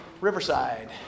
riverside